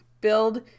Build